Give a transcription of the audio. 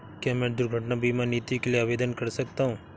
क्या मैं दुर्घटना बीमा नीति के लिए आवेदन कर सकता हूँ?